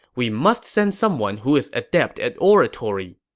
we must send someone who is adept at oratory.